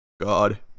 God